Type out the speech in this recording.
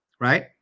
right